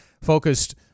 focused